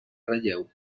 relleu